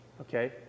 okay